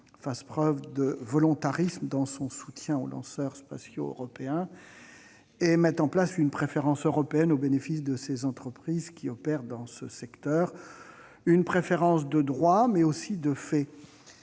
fasse preuve de volontarisme dans son soutien aux lanceurs spatiaux européens et mette en place une préférence européenne au bénéfice de ses entreprises qui opèrent dans ce secteur : une préférence de droit, mais aussi de fait,